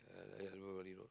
uh River Valley road